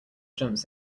jumps